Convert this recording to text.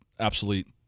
Absolute